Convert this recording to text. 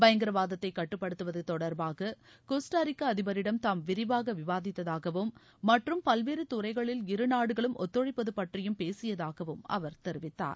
பயங்கரவாதத்தை கட்டுப்படுத்துவது தொடர்பாக கோஸ்டாரிக்கா அதிபரிடம் தாம் விரிவாக விவாதித்ததாகவும் மற்றும் பல்வேறு துறைகளில் இருநாடுகளும் ஒத்துழைப்பது பற்றியும் பேசியதாகவும் அவர் தெரிவித்தார்